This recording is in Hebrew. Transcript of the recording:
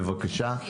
בבקשה,